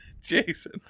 Jason